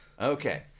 Okay